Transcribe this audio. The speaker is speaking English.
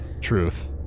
Truth